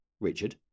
Richard